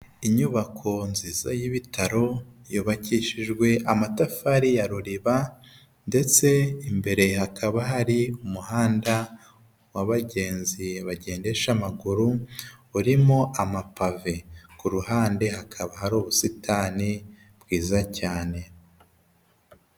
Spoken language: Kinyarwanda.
Inyubako nziza y'ibitaro yubakishijwe amatafari ya ruriba, ndetse imbere hakaba hari umuhanda waba bagenzi bagendesha amaguru urimo amapave. Ku ruhande hakaba hari ubusitani bwiza cyane